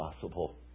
possible